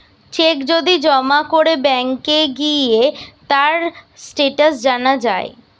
check যদি জমা করে ব্যাংকে গিয়ে তার স্টেটাস জানা যায়